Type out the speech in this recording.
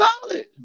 solid